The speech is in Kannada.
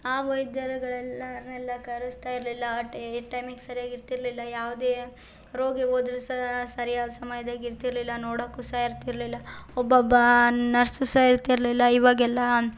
ಆ ವೈದ್ಯರುಗಳೆಲ್ಲಾರನ್ನ ಎಲ್ಲ ಕರೆಸ್ತಾ ಇರಲಿಲ್ಲ ಆ ಟೈಮಿಗೆ ಸರಿಯಾಗಿ ಇರ್ತಿರಲಿಲ್ಲ ಯಾವುದೇ ರೋಗಿ ಹೋದ್ರು ಸಹ ಸರಿಯಾದ ಸಮಯ್ದಲ್ಲಿ ಇರ್ತಿರಲಿಲ್ಲ ನೋಡೊಕ್ಕೂ ಸಹ ಇರ್ತಿರಲಿಲ್ಲ ಒಬ್ಬೊಬ್ಬ ನರ್ಸು ಸಹ ಇರ್ತಿರಲಿಲ್ಲ ಇವಾಗೆಲ್ಲಾ